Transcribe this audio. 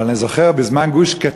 אבל אני זוכר, בזמן גוש-קטיף